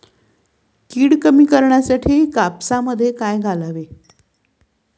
कीड कमी करण्यासाठी कापसात काय घालावे?